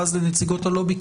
ואז לנציגות הלובי.